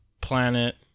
planet